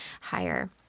higher